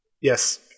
Yes